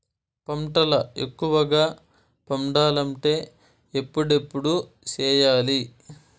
పంటల ఎక్కువగా పండాలంటే ఎప్పుడెప్పుడు సేయాలి?